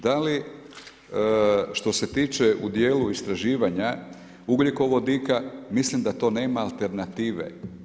Da li, što se tiče u dijelu istraživanja ugljikovodika mislim da to nema alternative.